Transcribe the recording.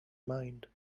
mind